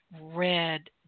red